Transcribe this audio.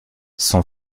son